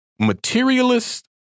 Materialist